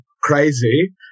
crazy